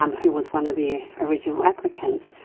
um who was one of the original applicants,